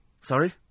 Sorry